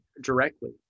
directly